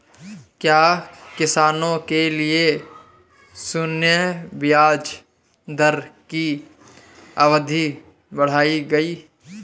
क्या किसानों के लिए शून्य ब्याज दर की अवधि बढ़ाई गई?